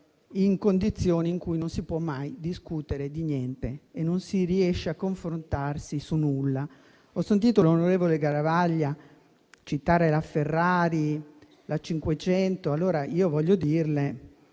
in condizioni in cui non si può mai discutere di niente, senza mai riuscire a confrontarsi su nulla. Ho ascoltato l'onorevole Garavaglia citare la Ferrari e la 500. Voglio dirgli